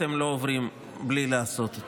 אתם לא עוברים בלי לעשות אותו.